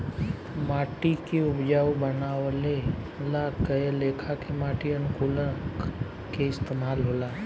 माटी के उपजाऊ बानवे ला कए लेखा के माटी अनुकूलक के इस्तमाल होला